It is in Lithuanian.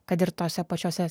kad ir tose pačiose